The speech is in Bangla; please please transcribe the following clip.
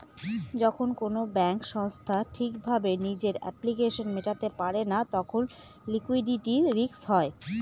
যখন কোনো ব্যাঙ্ক সংস্থা ঠিক ভাবে নিজের অব্লিগেশনস মেটাতে পারে না তখন লিকুইডিটি রিস্ক হয়